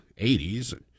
80s